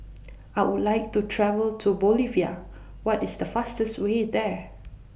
I Would like to travel to Bolivia What IS The fastest Way There